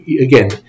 again